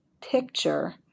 picture